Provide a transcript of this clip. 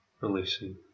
releasing